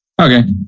Okay